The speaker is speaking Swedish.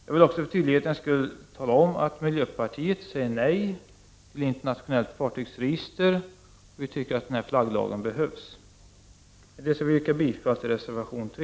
Jag vill för tydlighetens skull också tala om att miljöpartiet säger nej till internationellt fartygsregister. Vi tycker att flagglagen behövs. Med det yrkar jag bifall till reservation 3.